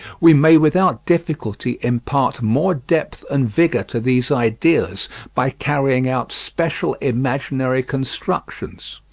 we may without difficulty impart more depth and vigour to these ideas by carrying out special imaginary constructions.